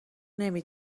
نمی